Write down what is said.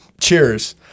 cheers